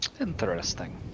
Interesting